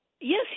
Yes